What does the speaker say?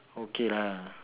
okay lah